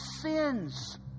sins